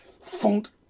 Funk